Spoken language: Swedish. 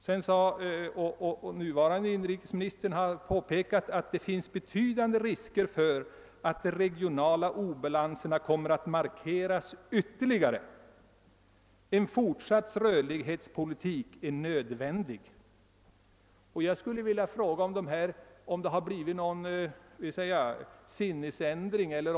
Vår nuvarande inrikesminister har påpekat, att det finns betydande risker för att de regionala obalanserna kommer att markeras ytterligare och att en fortsatt rörlighetspolitik är nödvändig. Jag skulle vilja fråga om någon sinnesändring har skett.